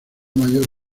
mayor